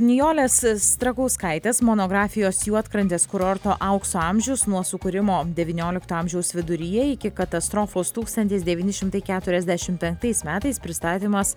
nijolės strakauskaitės monografijos juodkrantės kurorto aukso amžius nuo sukūrimo devyniolikto amžiaus viduryje iki katastrofos tūkstantis devyni šimtai keturiasdešimt penktais metais pristatymas